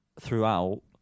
throughout